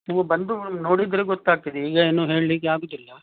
ನೀವು ಬಂದು ನೋಡಿದರೆ ಗೊತ್ತಾಗ್ತದೆ ಈಗ ಏನು ಹೇಳಲಿಕ್ಕೆ ಆಗೋದಿಲ್ಲ